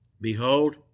Behold